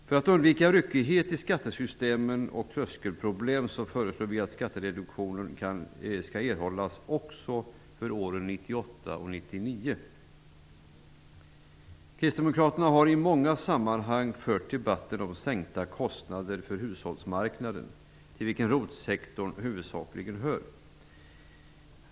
För att undvika tröskelproblem och ryckighet i skattesystemen föreslår vi att skattereduktionen skall erhållas också för åren 1998 och 1999. Kristdemokraterna har i många sammanhang fört debatt om sänkta kostnader för hushållsmarknaden, till vilken ROT-sektorn huvudsakligen hör.